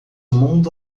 mundo